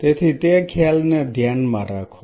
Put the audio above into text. તેથી તે ખ્યાલને ધ્યાનમાં રાખો